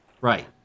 Right